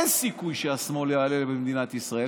אין סיכוי שהשמאל יעלה במדינת ישראל.